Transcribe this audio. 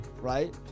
Right